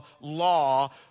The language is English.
law